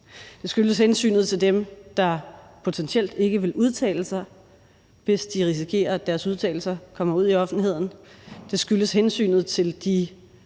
Det skyldes hensynet til dem, der potentielt ikke vil udtale sig, hvis de risikerer, at deres udtalelser kommer ud i offentligheden. Det skyldes hensynet til de